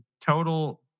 total